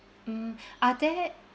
mm are there